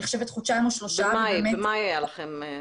אני חושבת חודשיים או שלושה --- במאי היה לכם.